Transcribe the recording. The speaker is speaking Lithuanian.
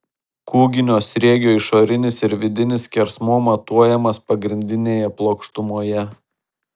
kūginio sriegio išorinis ir vidinis skersmuo matuojamas pagrindinėje plokštumoje